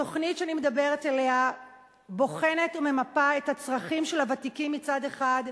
התוכנית שאני מדברת עליה בוחנת וממפה את הצרכים של הוותיקים מצד אחד,